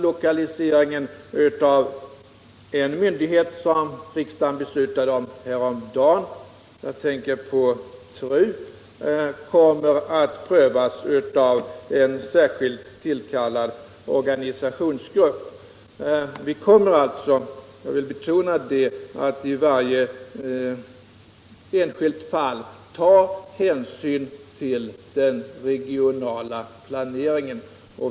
Lokaliseringen av en myndighet, som riksdagen fattade beslut om häromdagen — jag tänker på TRU —, kommer att prövas av en särskilt tillkallad organisationsgrupp. Vi kommer alltså i varje enskilt fall — jag vill betona det — att ta hänsyn till den regionala planeringen.